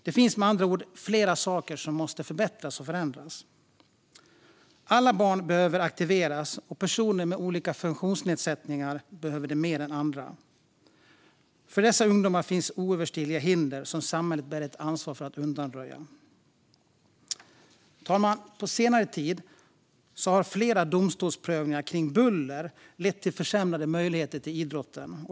Det finns, med andra ord, flera saker som måste förbättras och förändras. Alla barn behöver aktiveras, och personer med olika funktionsnedsättningar behöver det mer än andra. För dessa ungdomar finns oöverstigliga hinder som samhället bär ett ansvar för att undanröja. Fru talman! På senare tid har flera domstolsprövningar av buller lett till försämrade möjligheter för idrotten.